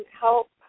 help